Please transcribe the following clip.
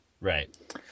Right